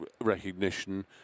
recognition